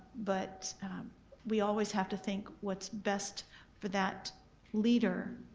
but we always have to think what's best for that leader,